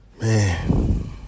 Man